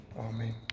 Amen